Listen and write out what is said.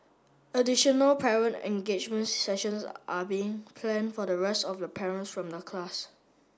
additional parent engagement sessions are being planned for the rest of the parents from the class